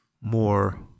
More